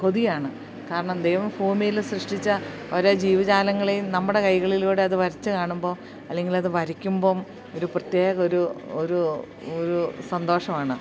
കൊതിയാണ് കാരണം ദൈവം ഭൂമിയിൽ സൃഷ്ടിച്ച ഓരോ ജീവജാലങ്ങളെയും നമ്മുടെ കൈകളിലൂടെ അതു വരച്ച് കാണുമ്പോൾ അല്ലെങ്കിലത് വരയ്ക്കുമ്പം ഒരു പ്രത്യേക ഒരു ഒരു ഒരു സന്തോഷമാണ്